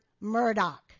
Murdoch